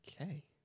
Okay